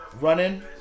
running